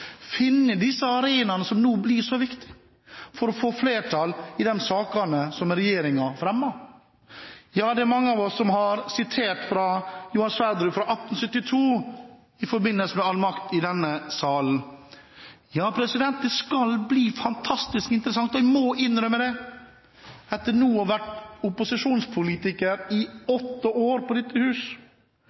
finne disse arenaene som nå blir så viktige, for å få flertall i de sakene som regjeringen fremmer. Ja, det er mange av oss som har sitert Johan Sverdrup fra 1872, i forbindelse med begrepet «all makt i denne sal». Ja, det skal bli fantastisk interessant, jeg må innrømme det – etter nå å ha vært opposisjonspolitiker i åtte år i dette hus,